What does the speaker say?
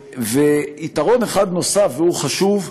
ויתרון אחד נוסף, והוא חשוב: